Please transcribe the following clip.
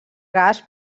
gas